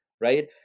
right